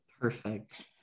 perfect